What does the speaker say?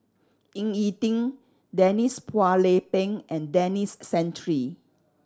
Ying E Ding Denise Phua Lay Peng and Denis Santry